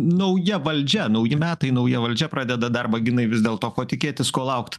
nauja valdžia nauji metai nauja valdžia pradeda darbą ginai vis dėlto ko tikėtis ko laukt